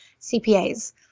CPAs